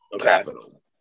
capital